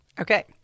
Okay